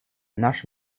наш